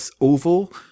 oval